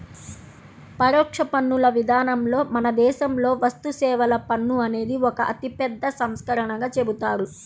పరోక్ష పన్నుల విధానంలో మన దేశంలో వస్తుసేవల పన్ను అనేది ఒక అతిపెద్ద సంస్కరణగా చెబుతారు